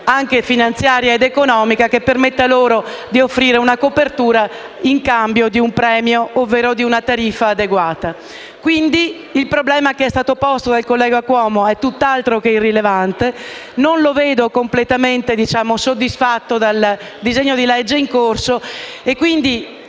anche finanziaria ed economica, che permetta loro di offrire una copertura in cambio di un premio, ovvero di una tariffa adeguata. Il problema posto dal collega Cuomo è tutt'altro che irrilevante e non lo vedo completamente risolto dal disegno di legge in corso.